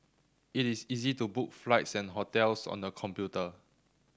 it is easy to book flights and hotels on the computer